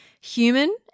human